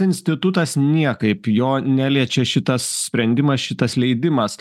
institutas niekaip jo neliečia šitas sprendimas šitas leidimas